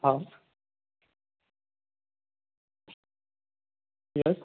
હા યસ